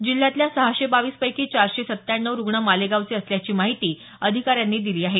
जिल्ह्यातील सहाशे बावीस पैकी चारशे सत्त्यान्नव रुग्ण मालेगांवचे असल्याची माहिती अधिकाऱ्यांनी दिली आहे